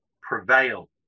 prevail